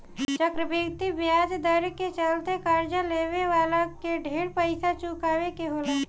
चक्रवृद्धि ब्याज दर के चलते कर्जा लेवे वाला के ढेर पइसा चुकावे के होला